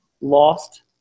lost